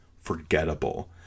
forgettable